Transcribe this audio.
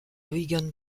wigan